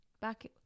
Back